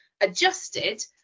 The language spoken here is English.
adjusted